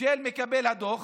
מקבל הדוח?